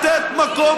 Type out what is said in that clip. אתם רק רוצים,